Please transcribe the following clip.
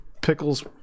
pickles